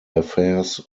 affairs